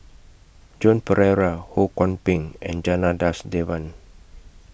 Joan Pereira Ho Kwon Ping and Janadas Devan